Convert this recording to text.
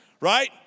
right